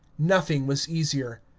nothing was easier.